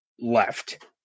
left